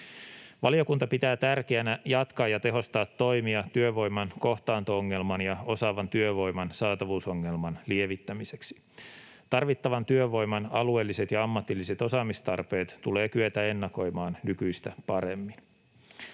Valiokunta pitää tärkeänä jatkaa ja tehostaa toimia työvoiman kohtaanto-ongelman ja osaavan työvoiman saatavuusongelman lievittämiseksi. Tarvittavan työvoiman alueelliset ja ammatilliset osaamistarpeet tulee kyetä ennakoimaan nykyistä paremmin.